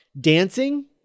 dancing